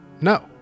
no